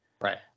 right